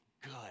good